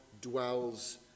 dwells